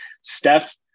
Steph